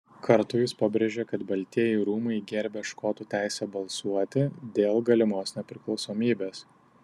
kartu jis pabrėžė kad baltieji rūmai gerbia škotų teisę balsuoti dėl galimos nepriklausomybės